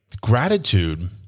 Gratitude